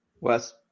Wes